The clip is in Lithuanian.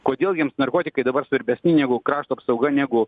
kodėl jiems narkotikai dabar svarbesni negu krašto apsauga negu